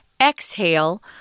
exhale